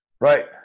Right